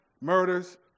murders